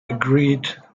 agreed